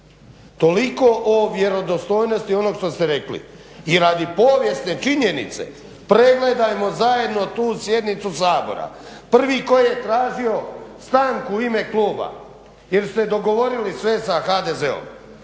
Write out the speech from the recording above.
Toliko o vjerodostojnosti onog što ste rekli. I radi povijesne činjenice pregledajmo zajedno tu sjednicu Sabora. Prvi koji je tražio stanku u ime kluba jer ste dogovorili sve sa HDZ-om,